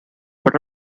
but